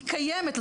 היא קיימת,